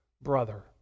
brother